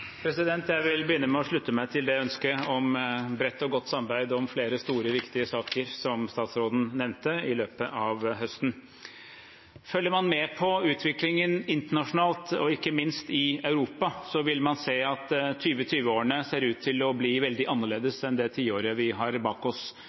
Jeg vil begynne med å slutte meg til ønsket om bredt og godt samarbeid om flere store og viktige saker, som statsråden nevnte, i løpet av høsten. Følger man med på utviklingen internasjonalt, og ikke minst i Europa, vil man se at 2020-årene ser ut til å bli veldig